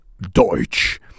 Deutsch